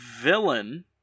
villain